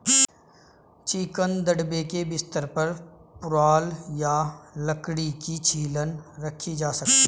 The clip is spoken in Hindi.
चिकन दड़बे के बिस्तर पर पुआल या लकड़ी की छीलन रखी जा सकती है